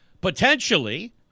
potentially